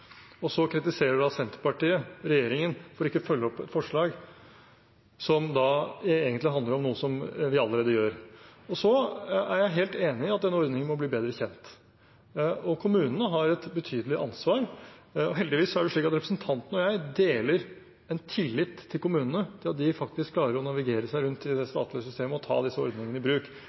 Og så kritiserer Senterpartiet regjeringen for ikke å følge opp et forslag som egentlig handler om noe vi allerede gjør. Jeg er helt enig i at den ordningen må bli bedre kjent. Kommunene har et betydelig ansvar. Heldigvis er det slik at representanten og jeg deler en tillit til kommunene, tillit til at de faktisk klarer å navigere seg rundt i det statlige systemet og ta disse ordningene i bruk.